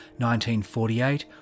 1948